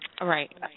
Right